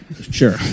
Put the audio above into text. Sure